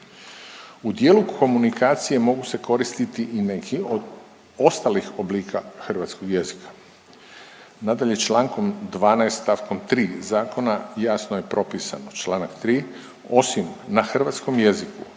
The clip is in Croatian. U dijelu komunikacije mogu se koristiti i neki od ostalih oblika hrvatskog jezika. Nadalje, čl. 12. st. 3. zakona jasno je propisano, čl. 3. osim na hrvatskom jeziku